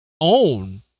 own